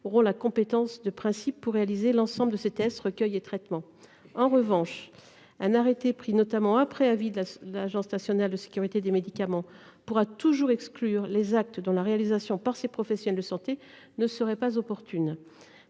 auront la compétence de principe pour réaliser l'ensemble de ces tests, recueils et traitements. En revanche, un arrêté pris notamment après avis de l'Agence nationale de sécurité du médicament et des produits de santé (ANSM) pourra toujours exclure les actes dont la réalisation par ces professionnels de santé ne serait pas opportune.